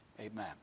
amen